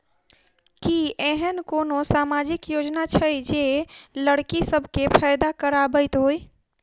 की एहेन कोनो सामाजिक योजना छै जे लड़की सब केँ फैदा कराबैत होइ?